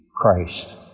Christ